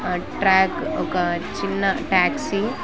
track ఒక చిన్న taxi